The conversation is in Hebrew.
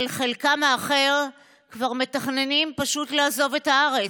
אבל חלקם האחר כבר מתכננים פשוט לעזוב את הארץ.